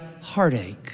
heartache